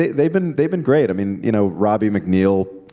they've been they've been great. i mean, you know, robbie mcneill,